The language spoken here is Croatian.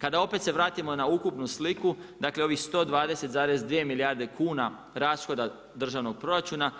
Kada opet se vratimo na ukupnu sliku, dakle ovih 120,2 milijarde kuna rashoda državnog proračuna